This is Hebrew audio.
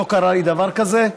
לא קרה לי דבר כזה,